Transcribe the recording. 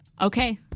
Okay